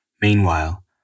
Meanwhile